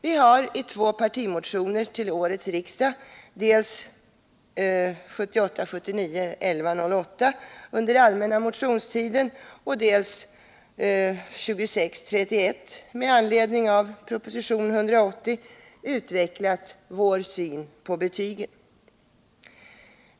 Vi har i två partimotioner till årets riksdag — dels nr 1108 under allmänna motionstiden, dels nr 2631 med anledning av proposition nr 180 — utvecklat vår syn på betygen.